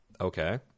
okay